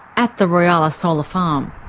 at the royalla solar farm.